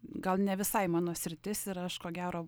gal ne visai mano sritis ir aš ko gero